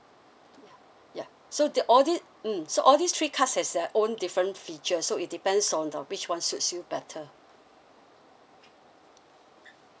ya ya so the all these mm so all these three cards has their own different features so it depends on the which one suits you better